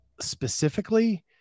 specifically